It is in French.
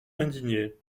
indigné